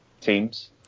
teams